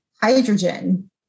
hydrogen